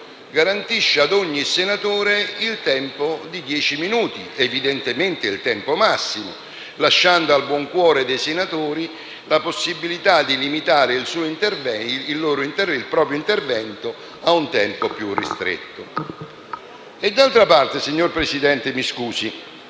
garantisce a ogni senatore il tempo di dieci minuti; evidentemente è il tempo massimo, lasciando al buon cuore dei senatori la possibilità di limitare i propri interventi a un tempo più ristretto. D'altra parte, signor Presidente, mi scusi,